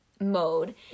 mode